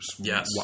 Yes